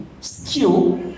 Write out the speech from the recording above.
skill